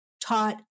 taught